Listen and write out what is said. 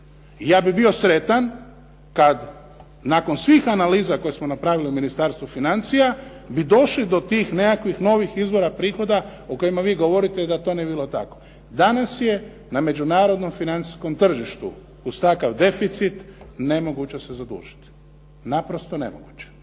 Ja bih bio sretan kad nakon svih analiza koje smo napravili u Ministarstvu financija bi došli do tih nekakvih novih izvora prihoda o kojima vi govorite da to ne bi bilo tako. Danas je na međunarodnom financijskom tržištu uz takav deficit nemoguće se zadužiti. Naprosto nemoguće.